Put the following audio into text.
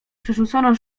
przerzucono